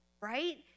right